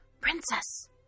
Princess